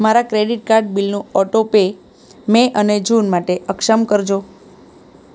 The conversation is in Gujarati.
મારા ક્રેડીટ કાર્ડ બીલનું ઓટો પે મે અને જૂન માટે અક્ષમ કરજો